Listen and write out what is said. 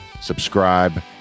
Subscribe